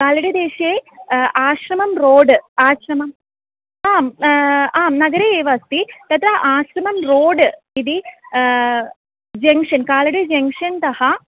कालडिदेशे आश्रमं रोड् आश्रमम् आम् आम् नगरे एव अस्ति तत्र आश्रमं रोड् इति जंशन् कालडि जङ्क्षन्तः